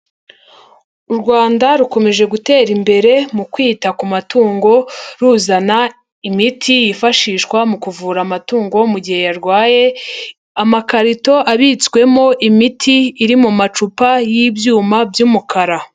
U Rwanda rukomeje gutera imbere mu kwita ku matungo ruzana imiti yifashishwa mu kuvura amatungo mu gihe yarwaye, amakarito abitswemo imiti iri mu macupa y'ibyuma by'umukara.